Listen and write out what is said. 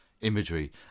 imagery